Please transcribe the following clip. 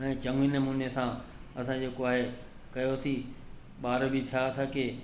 ऐं चङे नमूने असां असां जेको आहे कयोसि ॿार बि थिया असांखे